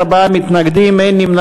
בעד, 8, 34 מתנגדים, אין נמנעים.